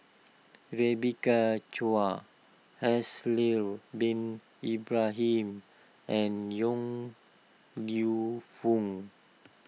Rebecca Chua Haslir Bin Ibrahim and Yong Lew Foong